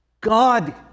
God